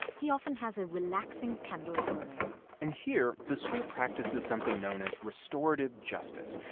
he often has a relaxing candle burning and here, the school practices something known as restorative justice.